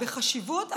בחשיבות,